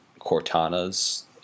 cortana's